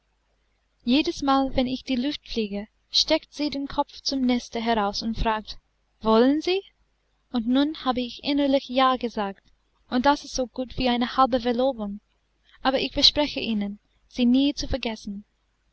jedesmal wenn ich in die luft fliege steckt sie den kopf zum neste heraus und fragt wollen sie und nun habe ich innerlich ja gesagt und das ist so gut wie eine halbe verlobung aber ich verspreche ihnen sie nie zu vergessen